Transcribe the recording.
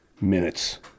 minutes